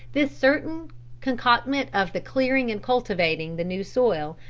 this certain concomitant of the clearing and cultivating the new soil,